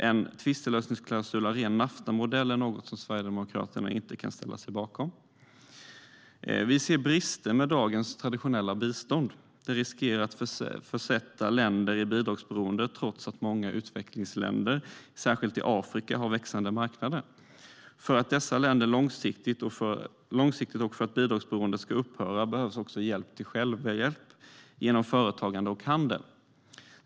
En tvistlösningsklausul av ren Naftamodell är något som Sverigedemokraterna inte kan ställa sig bakom. Vi ser brister med dagens traditionella bistånd. Det riskerar att försätta länder i bidragsberoende trots att många utvecklingsländer, särskilt i Afrika, har växande marknader. För att lyfta dessa länder långsiktigt och för att bidragsberoendet ska upphöra behövs också hjälp till självhjälp genom företagande och handel.